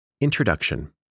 Introduction